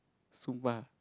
sumpah